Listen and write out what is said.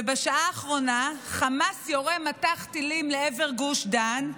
ובשעה האחרונה חמאס יורה מטח טילים לעבר גוש דן,